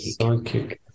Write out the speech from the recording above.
Sidekick